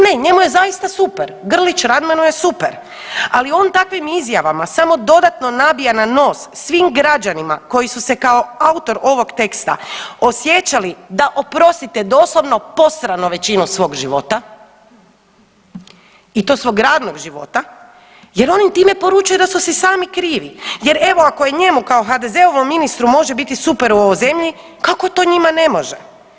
Ne, njemu je zaista super, Grlić Radmanu je super, ali on takvim izjavama samo dodatno nabija na nos svim građanima koji su se kao autor ovog teksta osjećali, da oprostite, doslovno posrano većinu svog života i to svog radnog života jer on im time poručuje da su si sami krivi, jer evo, ako je njemu kao HDZ-ovom ministru može biti super u ovoj zemlji, kako to njima ne može?